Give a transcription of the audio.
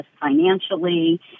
financially